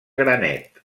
granet